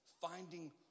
finding